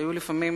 שהיו לפעמים